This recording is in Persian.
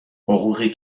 حقوقی